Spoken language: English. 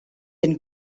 and